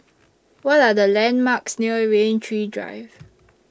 What Are The landmarks near Rain Tree Drive